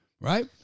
right